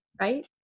right